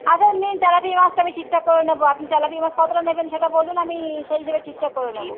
আচ্ছা নিন তেলাপিয়া মাছটা আমি ঠিকঠাক করে নেবো আপনি তেলাপিয়া মাছ কতোটা নেবেন সেটা বলুন আমি সেই হিসেবে ঠিকঠাক করে নেবো